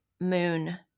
moon